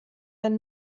ein